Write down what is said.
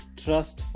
trust